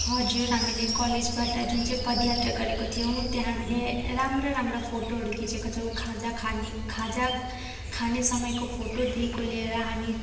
हजुर हामीले कलेजबाट जुन चाहिँ पद यात्रा गरेका थियौँ त्यहाँ हामीले राम्रा राम्रा फोटोहरू खिचेका छौँ खाजा खाने खाजा खाने समयको फोटोदेखिको लिएर हामी